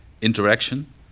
interaction